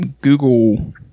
Google